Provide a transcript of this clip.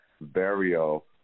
burial